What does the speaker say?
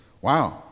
Wow